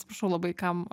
atsiprašau labai kam